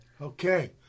Okay